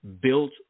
built